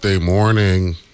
Morning